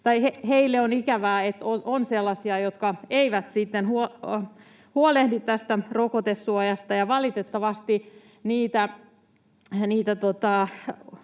heille on ikävää, että on sellaisia, jotka eivät sitten huolehdi tästä rokotesuojasta. Valitettavasti näitä